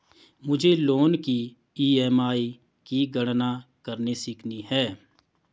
मुझे लोन की ई.एम.आई की गणना करनी सीखनी है